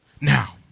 Now